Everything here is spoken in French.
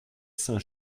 saint